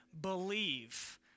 Believe